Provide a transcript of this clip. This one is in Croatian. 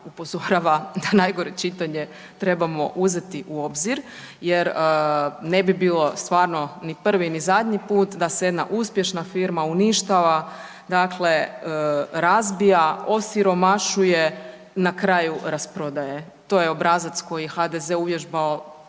upozorava da najgore čitanje trebamo uzeti u obzir jer ne bi bilo stvarno ni prvi, ni zadnji put da se jedna uspješna firma uništava, dakle razbija, osiromašuje na kraju rasprodaje. To je obrazac koji je HDZ uvježbao